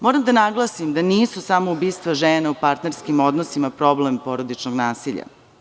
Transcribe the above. Moram da naglasim da nisu samo ubistva žena u pratnerskim odnosima problem porodičnog nasilja.